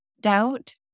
Doubt